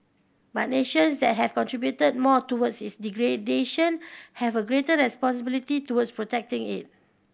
but nations that have contributed more towards its degradation have a greater responsibility towards protecting it